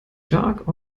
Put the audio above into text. dark